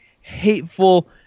hateful